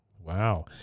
Wow